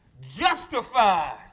Justified